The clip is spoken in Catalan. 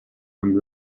amb